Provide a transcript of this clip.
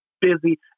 busy